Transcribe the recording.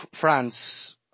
France